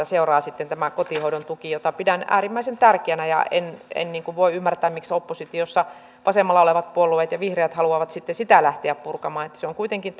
seuraa sitten tämä kotihoidon tuki jota pidän äärimmäisen tärkeänä en en voi ymmärtää miksi oppositiossa vasemmalla olevat puolueet ja vihreät haluavat sitten sitä lähteä purkamaan se on kuitenkin